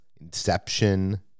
inception